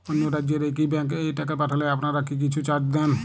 অন্য রাজ্যের একি ব্যাংক এ টাকা পাঠালে আপনারা কী কিছু চার্জ নেন?